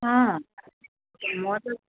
অঁ মই বোলো